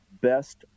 best